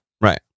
right